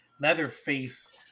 Leatherface